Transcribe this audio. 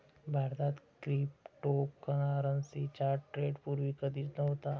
भारतात क्रिप्टोकरन्सीचा ट्रेंड पूर्वी कधीच नव्हता